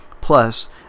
Plus